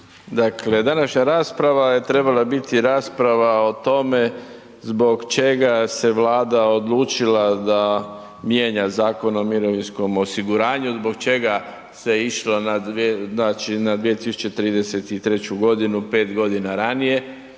Dakle, današnja rasprava je trebala biti rasprava o tome zbog čega se Vlada odlučila da mijenja Zakon o mirovinskom osiguranju, zbog čega se išlo na 2033. g., 5 godina ranije.